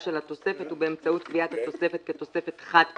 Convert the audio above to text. של התוספת הוא באמצעות קביעת התוספת כתוספת חד פעמית,